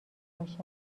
باشد